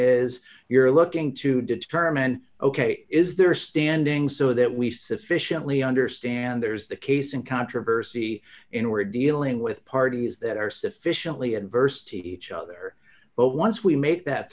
is you're looking to determine ok is there standing so that we sufficiently understand there's the case and controversy in or dealing with parties that are sufficiently adverse to each other but once we make that